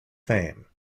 fame